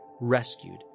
rescued